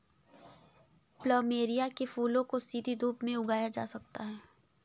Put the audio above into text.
plumeria के फूलों को सीधी धूप में उगाया जा सकता है